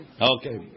Okay